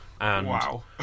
Wow